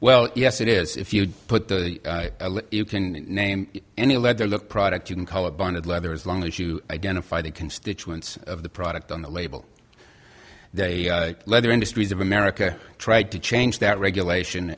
well yes it is if you put the you can name any lead to look product you can call a bonded leather as long as you identify the constituents of the product on the label they leather industries of america tried to change that regulation